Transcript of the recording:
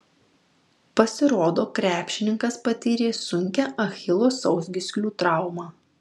pasirodo krepšininkas patyrė sunkią achilo sausgyslių traumą